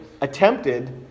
attempted